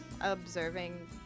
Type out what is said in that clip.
observing